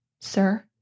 sir